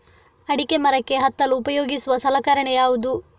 ಅಡಿಕೆ ಮರಕ್ಕೆ ಹತ್ತಲು ಉಪಯೋಗಿಸುವ ಸಲಕರಣೆ ಯಾವುದು?